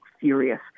furious